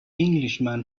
englishman